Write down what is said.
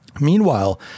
Meanwhile